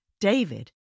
David